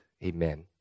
Amen